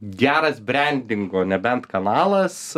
geras brendingo nebent kanalas